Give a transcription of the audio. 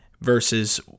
versus